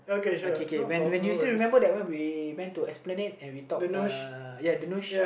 okay K when when you still remember that one we went to Esplanade and we talk uh ya the